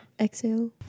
Exhale